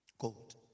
Gold